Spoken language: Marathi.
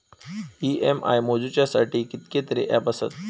इ.एम.आय मोजुच्यासाठी कितकेतरी ऍप आसत